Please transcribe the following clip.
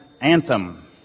anthem